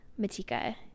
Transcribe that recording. Matika